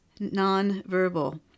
nonverbal